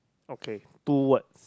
okay two word